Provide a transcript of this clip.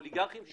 אוליגרכיים,